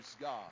God